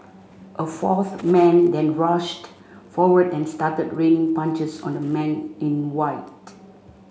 a fourth man then rushed forward and started raining punches on the man in white